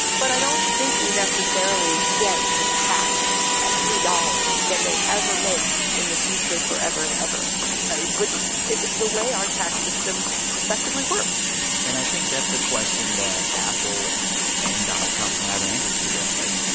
but i don't think we necessarily get to tax every dollar that they ever make in the future forever and ever right? which is the way our tax system effectively worked and i think that's the question that apple and donald trump don't have an answer to yet. like,